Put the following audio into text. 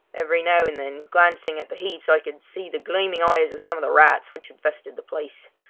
every now and then, glancing at the heaps, i could see the gleaming eyes of some of the rats which infested the place.